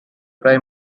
prime